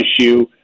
issue